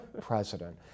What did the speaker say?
president